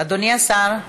אדוני השר,